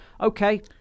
Okay